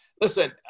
listen